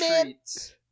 treats